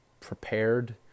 prepared